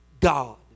God